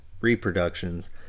reproductions